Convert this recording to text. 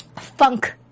Funk